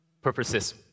purposes